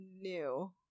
new